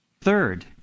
Third